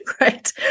Right